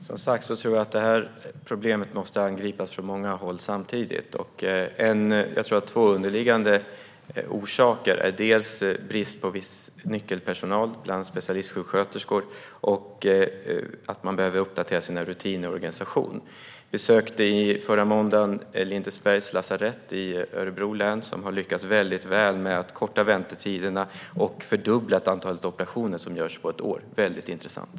Herr talman! Som sagt tror jag att detta problem måste angripas från många håll samtidigt. Jag tror att två underliggande orsaker är dels brist på viss nyckelpersonal, bland annat specialistsjuksköterskor, dels att man behöver uppdatera sina rutiner och sin organisation. Jag besökte förra måndagen Lindesbergs lasarett i Örebro län, som har lyckats väldigt väl med att korta väntetiderna och också fördubblat antalet operationer per år. Det var väldigt intressant.